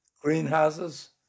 Greenhouses